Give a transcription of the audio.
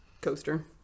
coaster